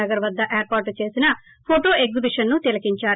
నగర్ వద్ద ఏర్పాటు చేసిన ఫోటో ఎగ్జిబిషన్ను తిలకించారు